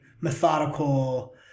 methodical